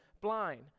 blind